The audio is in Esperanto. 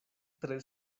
tre